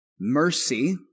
mercy